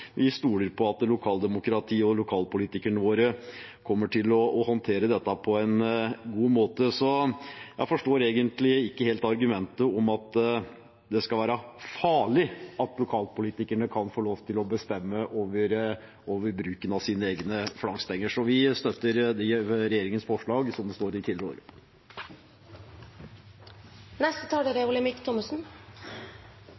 lokalpolitikerne våre kommer til å håndtere dette på en god måte. Jeg forstår ikke helt argumentet at det skal være farlig at lokalpolitikerne kan få lov til å bestemme over bruken av sine egne flaggstenger. Vi støtter regjeringens forslag i tilrådingen. Denne saken dreier seg om noe som Høyre mener er en naturlig utvidelse av kommunenes handlingsrom for flagging. Det er